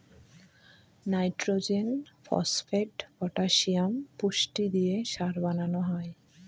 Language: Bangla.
নাইট্রজেন, ফসপেট, পটাসিয়াম পুষ্টি দিয়ে সার বানানো হয়